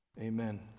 amen